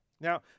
Now